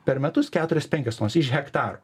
per metus keturis penkis nors iš hektarų